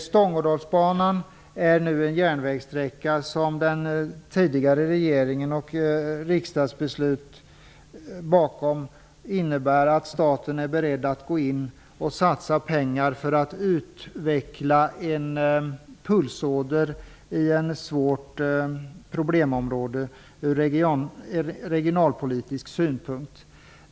Stångådalsbanan är nu en järnvägssträcka där enligt riksdagsbeslut på förslag av den föregående regeringen staten är beredd att gå in och satsa pengar för att utveckla en pulsåder i ett område som har stora problem ur regionalpolitisk synpunkt.